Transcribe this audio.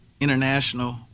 international